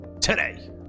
Today